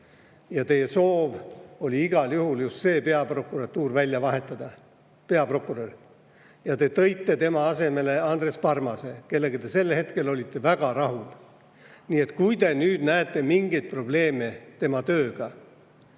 Teie soov oli igal juhul just see peaprokurör välja vahetada ja te tõite tema asemele Andres Parmase, kellega te sel hetkel olite väga rahul. Nii et kui te nüüd näete mingeid probleeme tema töös